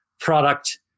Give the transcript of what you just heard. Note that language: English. product